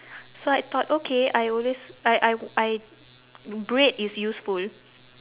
so I thought okay I always I I I bread is useful